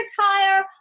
tire